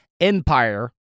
empire